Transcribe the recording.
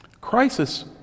Crisis